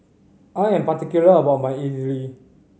I am particular about my idly